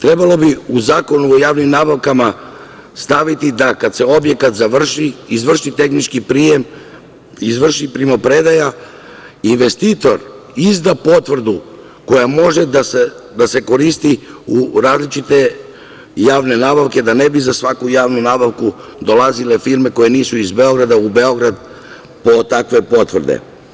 Trebalo bi u Zakonu o javnim nabavkama staviti da kada se objekat završi, izvrši tehnički prijem, izvrši primopredaja, investitor izda potvrdu koja može da se koristi u različite javne nabavke, da ne bi za svaku javnu nabavku dolazile firme koje nisu iz Beograda u Beograd po takve potvrde.